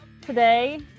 today